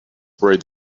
worried